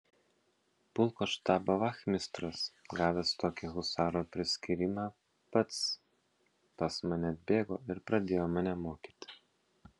pulko štabo vachmistras gavęs tokį husaro priskyrimą pats pas mane atbėgo ir pradėjo mane mokyti